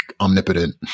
omnipotent